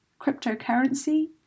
cryptocurrency